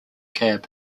cab